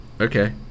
Okay